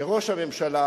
ראש הממשלה